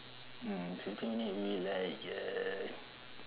mm fifteen minute we like uh